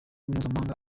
mpuzamahanga